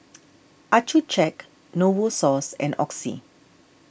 Accucheck Novosource and Oxy